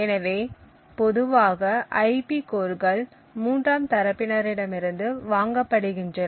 எனவே பொதுவாக ஐபி கோர்கள் மூன்றாம் தரப்பினர் இடமிருந்து வாங்கப்படுகின்றன